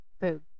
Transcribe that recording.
food